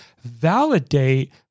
validate